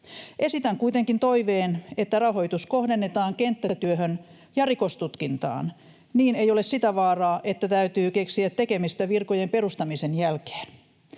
Esitän kuitenkin toiveen, että rahoitus kohdennetaan kenttätyöhön ja rikostutkintaan, niin ei ole sitä vaaraa, että täytyy keksiä tekemistä virkojen perustamisen jälkeen.